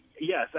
yes